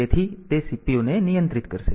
તેથી તે CPU ને નિયંત્રિત કરશે